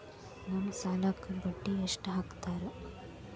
ನಮ್ ಸಾಲಕ್ ಬಡ್ಡಿ ಎಷ್ಟು ಹಾಕ್ತಾರ?